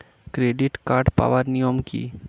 Credit card পাওয়ার নিয়ম কী?